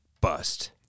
bust